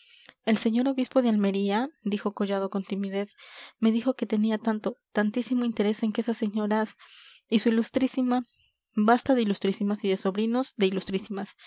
el señor obispo de almería dijo collado con timidez me dijo que tenía tanto tantísimo interés en que esas señoras y su ilustrísima basta de ilustrísimas y de sobrinos de ilustrísimas